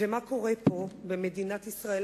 מה קורה פה, במדינת ישראל?